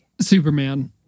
Superman